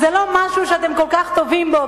זה לא משהו שאתם כל כך טובים בו,